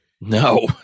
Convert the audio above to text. No